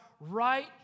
right